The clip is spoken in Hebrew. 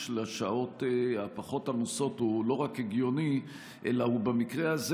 לשעות הפחות-עמוסות הוא לא רק הגיוני אלא במקרה הזה